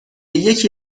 یکی